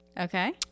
Okay